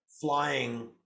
flying